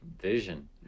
vision